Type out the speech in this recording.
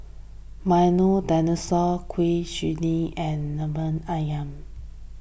Milo Dinosaur Kuih Suji and Lemper Ayam